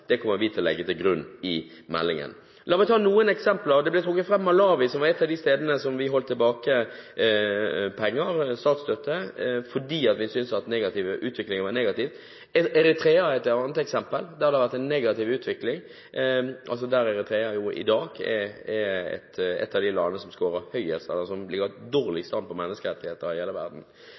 legge til grunn i meldingen. La meg ta noen eksempler. Det ble trukket fram Malawi, som var et av de stedene hvor vi holdt tilbake penger, statsstøtte, fordi vi syntes at utviklingen var negativ. Eritrea er et annet eksempel. Der har det vært en negativ utvikling. Eritrea er i dag et av de landene som skårer høyest – som altså ligger dårligst an i hele verden når det gjelder menneskerettigheter.